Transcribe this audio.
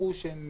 יראו שהם